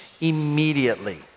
immediately